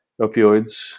opioids